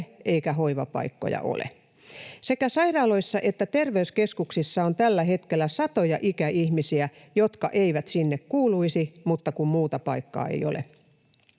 eikä hoivapaikkoja ole. Sekä sairaaloissa että terveyskeskuksissa on tällä hetkellä satoja ikäihmisiä, jotka eivät sinne kuuluisi, mutta kun muuta paikkaa ei ole.